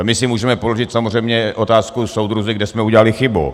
My si můžeme položit samozřejmě otázku: soudruzi, kde jsme udělali chybu?